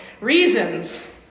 reasons